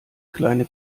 kleine